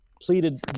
pleaded